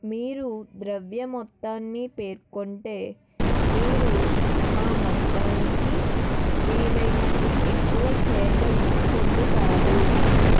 మీరు ద్రవ్య మొత్తాన్ని పేర్కొంటే మీరు ఆ మొత్తానికి వీలైనన్ని ఎక్కువ షేర్లను పొందుతారు